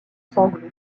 sanglots